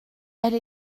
elle